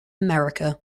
america